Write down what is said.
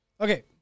Okay